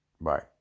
bye